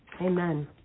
Amen